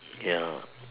ya